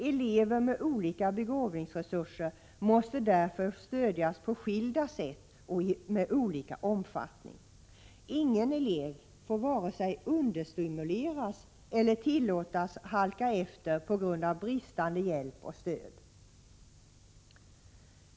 Elever med olika begåvningsresurser måste därför stödjas på skilda sätt och i olika omfattning. Ingen elev får vare sig understimuleras eller tillåtas halka efter på grund av bristande hjälp och stöd.